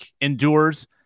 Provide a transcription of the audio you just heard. endures